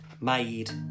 made